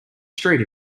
street